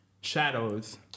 Shadows